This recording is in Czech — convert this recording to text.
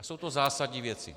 Jsou to zásadní věci.